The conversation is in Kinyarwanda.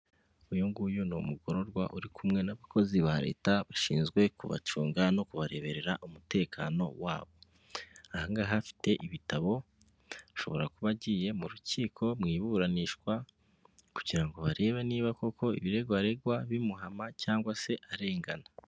Uyu nguyu ni umugororwa uri kumwe n'abakozi ba leta bashinzwe kubacunga no kubareberera umutekano wbo, ahanga aafite ibitabo ashobora kuba agiye mu rukiko mu iburanishwa kugira ngo barebe niba koko ibirego aregwa bimuhama cyangwa se arengana.